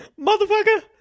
motherfucker